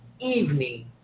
evening